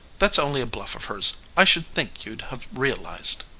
that's only a bluff of hers. i should think you'd have realized.